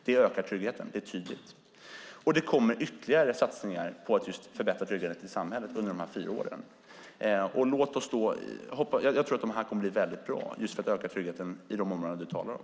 Det ökar tryggheten betydligt. Och det kommer ytterligare satsningar på att just förbättra tryggheten i samhället under de här fyra åren. Jag tror att de satsningarna kommer att bli väldigt bra just för att de ökar tryggheten i de områden som du talar om.